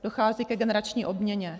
Dochází ke generační obměně.